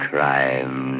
Crime